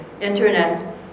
internet